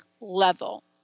level